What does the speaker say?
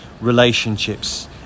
relationships